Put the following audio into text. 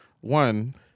one